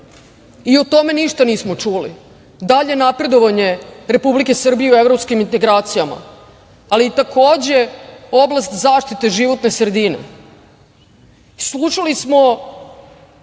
i o tome ništa nismo čuli, dalje napredovanje Republike Srbije u evropskim integracijama, ali takođe i oblast zaštite životne sredine. Slušali smo,